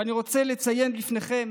ואני רוצה ציין בפניכם